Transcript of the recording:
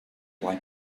like